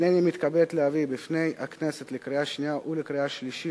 הנני מתכבד להביא בפני הכנסת לקריאה שנייה ולקריאה שלישית